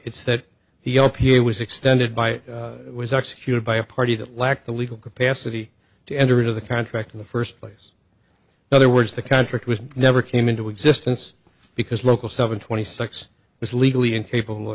it's that the op here was extended by was executed by a party that lacked the legal capacity to enter into the contract in the first place other words the contract was never came into existence because local seven twenty six was legally incapable